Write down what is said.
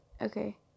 Okay